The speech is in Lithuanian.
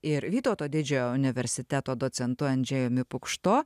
ir vytauto didžiojo universiteto docentu andžejumi pukšto